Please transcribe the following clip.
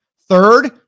Third